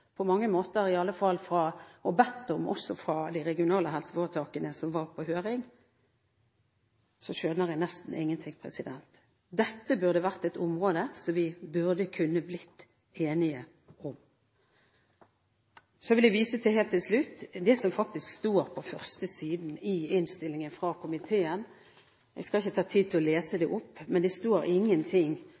på, som på mange måter er godkjent og bedt om også fra de regionale helseforetakene som var på høring, så skjønner jeg nesten ingenting. Dette burde være et område som vi kunne blitt enige om. Så vil jeg helt til slutt vise til det som står på første side i innstillingen fra komiteen. Jeg skal ikke ta meg tid til å lese det opp, men det står ingenting